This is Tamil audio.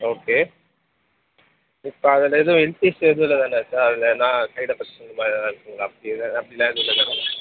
ஓகே இப்போ அதில் எதுவும் இன்ஃப்யூஸ் எதுவும் இல்லை தானே சார் அதில் எதனா சைட் எஃபெக்ட்ஸ் இந்த மாதிரி எதனா இருக்குங்களா அப்படி ஏதாவது அப்படிலாம் எதுவும் இல்லை தானே